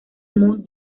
moon